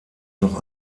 noch